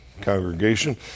congregation